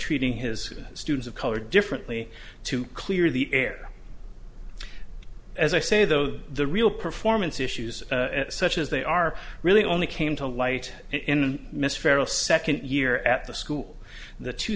treating his students of color differently to clear the air as i say though the real performance issues such as they are really only came to light in miss farrel second year at the school the two